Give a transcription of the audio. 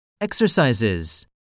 Exercises